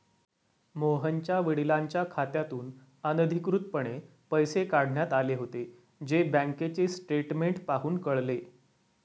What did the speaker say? मोहनच्या वडिलांच्या खात्यातून अनधिकृतपणे पैसे काढण्यात आले होते, जे बँकेचे स्टेटमेंट पाहून कळले